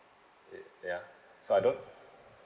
it yeah so I don't